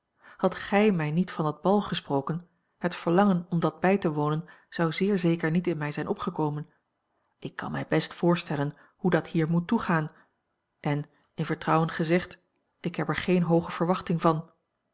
hadt gij mij niet van dat bal gesproken het verlangen om dat bij te wonen zou zeer zeker niet in mij zijn opgekomen ik kan mij best voorstellen hoe dat hier moet toegaan en in vertrouwen gezegd ik heb er geene hooge verwachting van